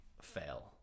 fail